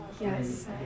Yes